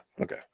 Okay